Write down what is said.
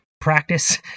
practice